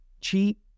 cheap